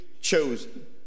chosen